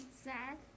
Sad